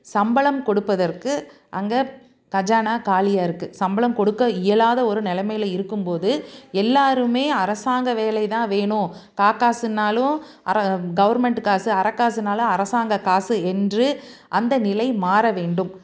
சம்பளம் கொடுப்பதற்கு அங்கே கஜானா காலியாக இருக்குது சம்பளம் கொடுக்க இயலாத ஒரு நிலைமையில இருக்கும்போது எல்லாருமே அரசாங்க வேலை தான் வேணும் கா காசுன்னாலும் அர கவுர்மெண்ட்டு காசு அர காசுன்னாலும் அரசாங்க காசு என்று அந்த நிலை மாற வேண்டும்